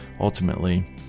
ultimately